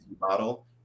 model